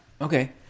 Okay